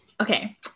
Okay